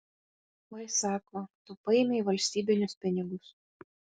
oi sako tu paėmei valstybinius pinigus